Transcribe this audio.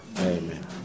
Amen